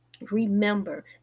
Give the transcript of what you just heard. Remember